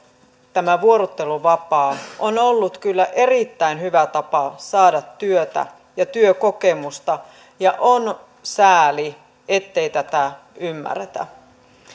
tämä vuorotteluvapaa on ollut kyllä erittäin hyvä tapa saada työtä ja työkokemusta ja on sääli ettei tätä ymmärretä